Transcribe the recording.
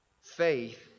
Faith